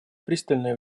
пристальное